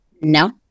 no